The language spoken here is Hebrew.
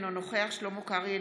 אינו נוכח שלמה קרעי,